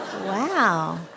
Wow